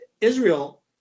Israel